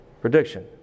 prediction